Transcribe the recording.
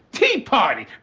tea party.